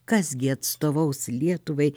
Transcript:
kas gi atstovaus lietuvai